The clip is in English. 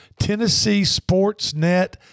Tennesseesportsnet